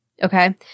Okay